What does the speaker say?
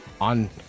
on